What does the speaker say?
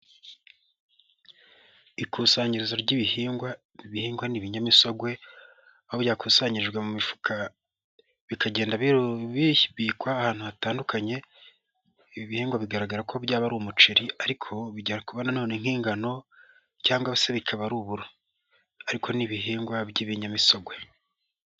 Ikusanyirizo ry'ibihingwa bihingwa n'ibinyamisogwe, aho byakusanyirijwe mu mifuka bikagenda bibikwa ahantu hatandukanye, ibi bihingwa bigaragara ko byaba ari umuceri ariko bigera kuba nanone nk'ingano cyangwa se bikaba ari uburo. Ariko n'ibihingwa by'ibinyamisogwe.